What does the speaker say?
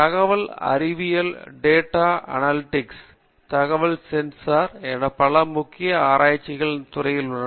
தகவல் அறிவியல் data analysis தகவல் சென்சார் என பல மிக முக்கியமான ஆராய்ச்சி இந்த துறையில் உள்ளது